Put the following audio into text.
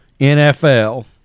NFL